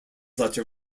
letter